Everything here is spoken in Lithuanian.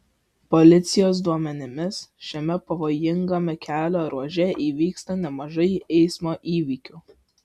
policijos duomenimis šiame pavojingame kelio ruože įvyksta nemažai eismo įvykių